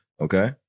okay